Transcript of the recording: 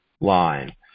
line